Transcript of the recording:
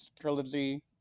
trilogy